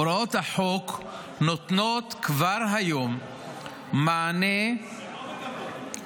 הוראות החוק נותנות כבר היום מענה -- אבל הן לא מקבלות.